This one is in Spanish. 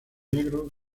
negro